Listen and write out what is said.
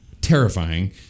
Terrifying